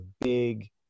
big